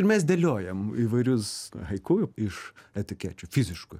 ir mes dėliojam įvairius haiku iš etikečių fiziškų